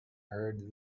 heard